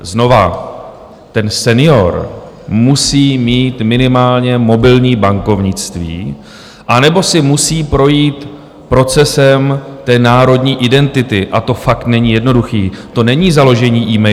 Znova: ten senior musí mít minimálně mobilní bankovnictví anebo si musí projít procesem národní identity, a to fakt není jednoduché, to není založení emailu.